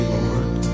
Lord